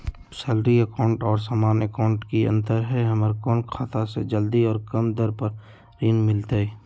Salary account और सामान्य account मे की अंतर है हमरा कौन खाता से जल्दी और कम दर पर ऋण मिलतय?